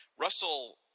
Russell